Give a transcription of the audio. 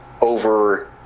over